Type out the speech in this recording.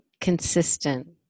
consistent